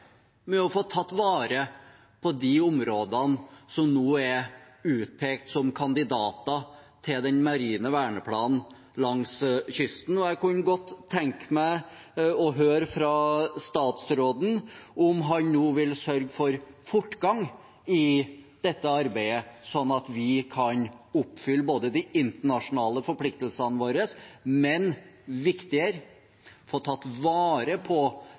tatt vare på de områdene som nå er utpekt som kandidater til den marine verneplanen langs kysten. Jeg kunne godt tenke meg å høre fra statsråden om han nå vil sørge for fortgang i dette arbeidet, slik at vi kan oppfylle de internasjonale forpliktelsene våre, men også – og viktigere – kan få tatt vare på